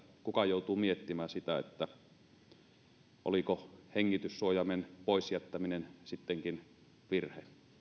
kukaan joutuu miettimään sitä oliko hengityssuojaimen poisjättäminen sittenkin virhe